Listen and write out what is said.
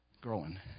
Growing